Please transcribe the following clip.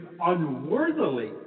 unworthily